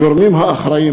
הגורמים האחראים,